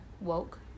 woke